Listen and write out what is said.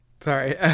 Sorry